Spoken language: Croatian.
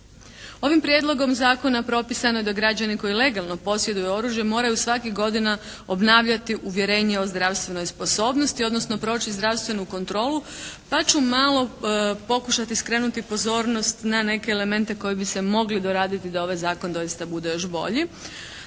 Ovim Prijedlogom zakona propisano je da građani koji legalno posjeduju oružje moraju svake godine obnavljati uvjerenje o zdravstvenoj sposobnosti odnosno proći zdravstvenu kontrolu pa ću malo pokušati skrenuti pozornost na neke elemente koji bi se mogli doraditi da ovaj zakon doista bude još bolji.